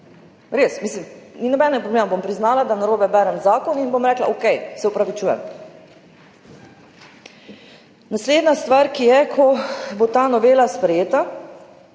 Res. Ni nobenega problema, bom priznala, da narobe berem zakon, in bom rekla okej, se opravičujem. Naslednja stvar, ki je. Ko bo ta novela sprejeta,